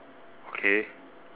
K